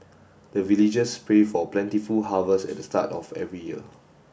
the villagers pray for plentiful harvest at the start of every year